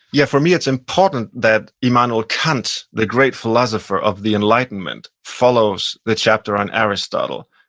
yeah. for me, it's important that immanuel kant, the great philosopher of the enlightenment, follows the chapter on aristotle.